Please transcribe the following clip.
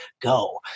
go